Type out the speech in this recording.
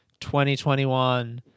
2021